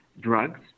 drugs